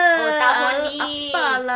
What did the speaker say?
oh tahun ni